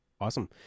Awesome